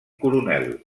coronel